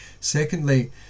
Secondly